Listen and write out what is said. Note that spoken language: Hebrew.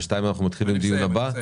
ב-14:00 אנחנו מתחילים את הדיון הבא.